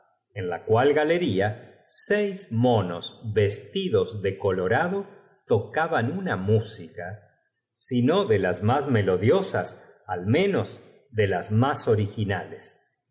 en la cual galería seis monos ficil vostidos de colorado tocaban una mltsica y echó á andar delante y maria lo si no de las más melodiosas al menos lo siguió las más originales